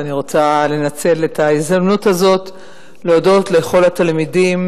ואני רוצה לנצל את ההזדמנות הזאת להודות לכל התלמידים,